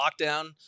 lockdown